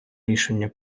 рішення